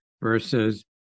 versus